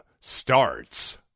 starts